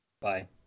Bye